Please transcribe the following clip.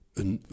een